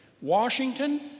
Washington